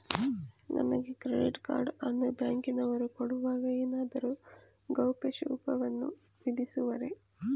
ನನಗೆ credit card ಅನ್ನು ಬ್ಯಾಂಕಿನವರು ಕೊಡುವಾಗ ಏನಾದರೂ ಗೌಪ್ಯ ಶುಲ್ಕವನ್ನು ವಿಧಿಸುವರೇ?